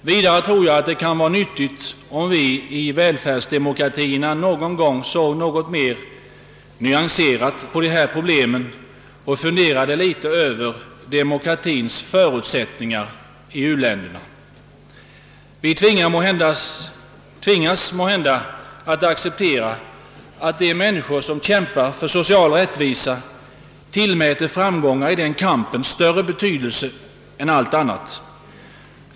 Det kunde vara nyttigt om vi i välfärdsdemokratierna någon gång såg nå got mer nyanserat på dessa problem och funderade litet över demokratiens förutsättningar i u-länderna. Vi tvingas måhända att acceptera att de människor som kämpar för social rättvisa tillmäter framgångar i denna kamp större betydelse än allt annat.